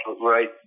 right